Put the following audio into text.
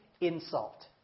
insult